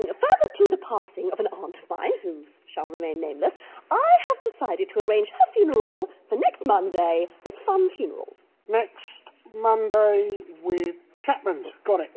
ah further to the passing of an aunt of mine who shall remain nameless, i have decided to arrange her funeral for next monday with funn funerals. next, monday, with, chapman's. got it.